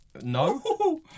No